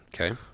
Okay